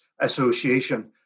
Association